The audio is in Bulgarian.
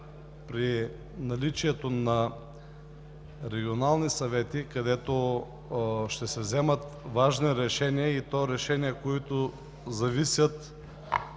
при наличието на регионални съвети, където ще се вземат важни решения, и то решения, от които зависи